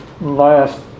last